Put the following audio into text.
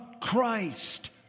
Christ